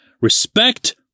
Respect